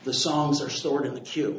the songs are stored in the que